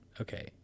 okay